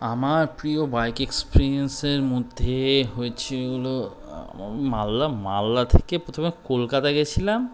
আমার প্রিয় বাইক এক্সপিরিয়েন্সের মধ্যে হয়েছিলগুলো মাললা মালদা থেকে প্রথমে কলকাতা গিয়েছিলাম